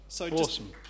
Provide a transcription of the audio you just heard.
Awesome